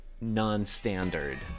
non-standard